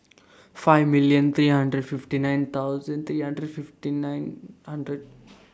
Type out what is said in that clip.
five million three hundred fifty nine thousand three hundred fifty nine hundred